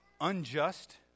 unjust